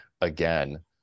again